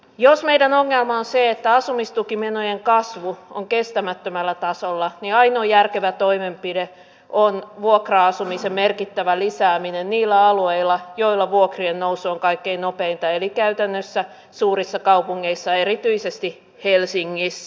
jos meidän ongelmamme on se että asumistukimenojen kasvu on kestämättömällä tasolla niin ainoa järkevä toimenpide on vuokra asumisen merkittävä lisääminen niillä alueilla joilla vuokrien nousu on kaikkein nopeinta eli käytännössä suurissa kaupungeissa erityisesti helsingissä